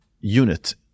unit